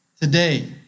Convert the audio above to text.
today